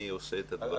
מי עושה את הדברים?